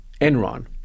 Enron